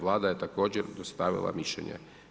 Vlada je također dostavila mišljenje.